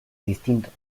distintos